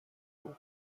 برد